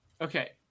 Okay